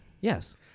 Yes